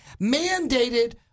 Mandated